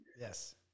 Yes